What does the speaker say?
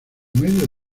medio